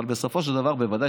אבל בסופו של דבר, בוודאי